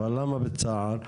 אבל למה בצער?